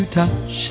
touch